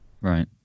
Right